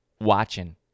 Watching